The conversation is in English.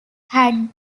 had